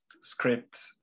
script